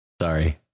Sorry